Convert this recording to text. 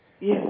Yes